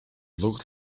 looked